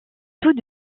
tout